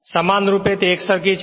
સમાનરૂપે તે એકસરખી છે